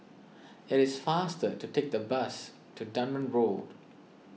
it is faster to take the bus to Dunman Road